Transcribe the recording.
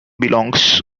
belongs